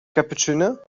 cappuccino